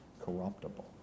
corruptible